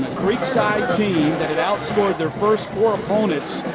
creekside team outscored their first four opponents,